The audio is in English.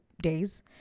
days